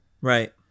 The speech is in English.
Right